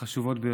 החשובות ביותר.